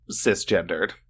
cisgendered